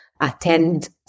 attend